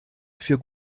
für